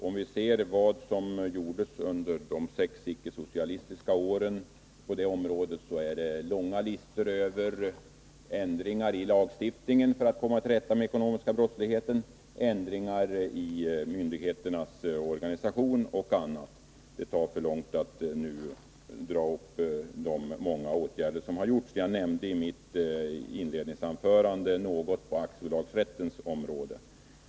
Om vi ser på vad som gjordes på det området under de sex icke-socialistiska åren finner vi en lång lista över ändringar i lagstiftningen för att komma till rätta med den ekonomiska brottsligheten samt ändringar i myndigheternas organisation och annat. Det tar för lång tid att nu räkna upp de många åtgärder som vidtagits. Jag nämnde i mitt inledningsanförande en del av det som gjorts på aktiebolagsrättens område.